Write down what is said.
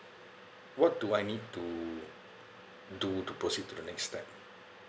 what do I need to do to proceed to the next step